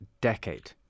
decade